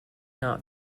not